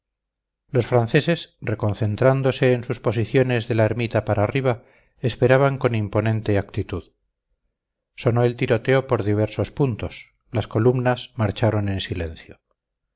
los franceses reconcentrándose en sus posiciones de la ermita para arriba esperaban con imponente actitud sonó el tiroteo por diversos puntos las columnas marcharon en silencio